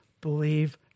believe